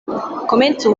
komencu